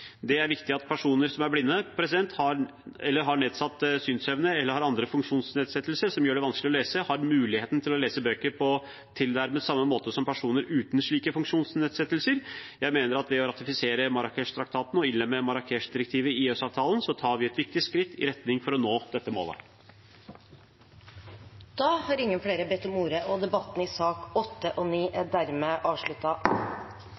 Det er viktig at personer som er blinde, har nedsatt synsevne eller har andre funksjonsnedsettelser som gjør det vanskelig å lese, har muligheten til å lese bøker på tilnærmet samme måte som personer uten slike funksjonsnedsettelser. Jeg mener at ved å ratifisere Marrakechtraktaten og innlemme Marrakechdirektivet i EØS-avtalen tar vi et viktig skritt i riktig retning for å nå dette målet. Flere har ikke bedt om ordet til sakene nr. 8 og 9. Etter ønske fra familie- og